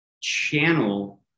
channel